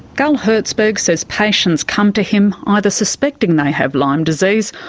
gull herzberg says patients come to him either suspecting they have lyme disease,